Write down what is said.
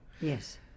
Yes